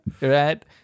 right